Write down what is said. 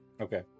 Okay